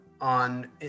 on